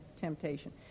temptation